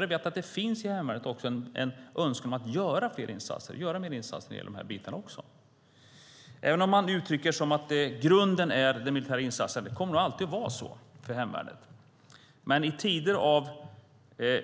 Jag vet att det i hemvärnet finns önskemål om att göra fler insatser också på dessa områden. Man uttrycker att grunden är den militära insatsen, och det kommer nog alltid att vara så för hemvärnet. Men i tider som i